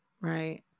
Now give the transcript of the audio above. Right